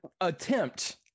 attempt